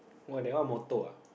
!wah! that one motor ah